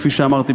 כפי שאמרתי,